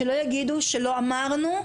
שלא יגידו שלא אמרנו,